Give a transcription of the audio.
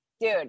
Dude